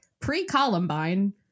pre-Columbine